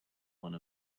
one